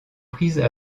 prises